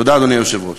תודה, אדוני היושב-ראש.